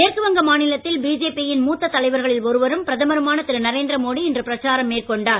மேற்கு வங்க மாநிலத்தில் பிஜேபியின் மூத்த தலைவர்களில் ஒருவரும் பிரதமருமான திரு நரேந்திர மோடி இன்று பிரச்சாரம் மேற்கொண்டார்